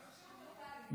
התכחשות טוטלית.